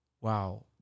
wow